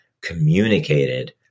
communicated